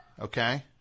Okay